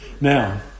Now